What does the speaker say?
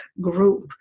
group